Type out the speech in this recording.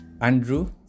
Andrew